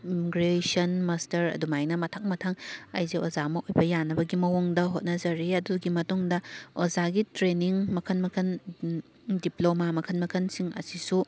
graduation ꯃꯁꯇꯔ ꯑꯗꯨꯃꯥꯏꯅ ꯃꯊꯪ ꯃꯊꯪ ꯑꯩꯁꯦ ꯑꯣꯖꯥ ꯑꯃ ꯑꯣꯏꯕ ꯌꯥꯅꯕꯒꯤ ꯃꯑꯣꯡꯗ ꯍꯣꯠꯅꯖꯔꯤ ꯑꯗꯨꯒꯤ ꯃꯇꯨꯡꯗ ꯑꯣꯖꯥꯒꯤ ꯇ꯭ꯔꯦꯅꯤꯡ ꯃꯈꯜ ꯃꯈꯜ ꯗꯤꯄ꯭ꯂꯣꯃꯥ ꯃꯈꯜ ꯃꯈꯜꯁꯤꯡ ꯑꯁꯤꯁꯨ